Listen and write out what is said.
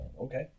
okay